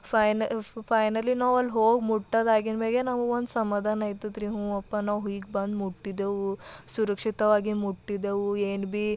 fine finally ನಾವು ಅಲ್ಲಿ ಹೋಗಿ ಮುಟ್ಟಿದ್ ಆಗಿದ್ದ ಮೇಲೆ ನಮ್ಗೆ ಒಂದು ಸಮಾಧಾನ ಆಗ್ತದ್ ರೀ ಹ್ಞೂ ಅಪ್ಪ ನಾವು ಹೀಗೆ ಬಂದು ಮುಟ್ಟಿದೆವು ಸುರಕ್ಷಿತವಾಗಿ ಮುಟ್ಟಿದೆವು ಏನೂ ಬಿ